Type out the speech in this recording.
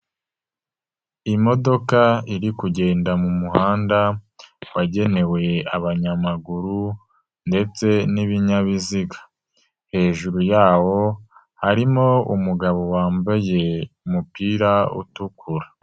Imodoka iri kugenda mu muhanda wagenewe abanyamaguru ndetse n'ibinyabiziga. Hejuru yawo harimo umugabo wambaye umupira utukura.